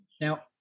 Now